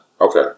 Okay